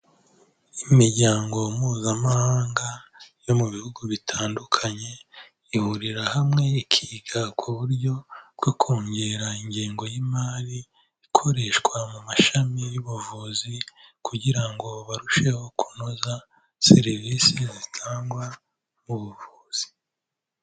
Imiryango mpuzamahanga yo mu bihugu bitandukanye ihurira hamwe ikiga ku buryo bwo kongera ingengo y'imari ikoreshwa mu mashami y'ubuvuzi kugira ngo barusheho kunoza serivisi zitangwa mu buvuzi.